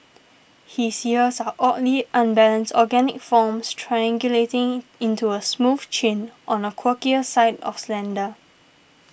his ears are oddly unbalanced organic forms triangulating into a smooth chin on the quirkier side of slender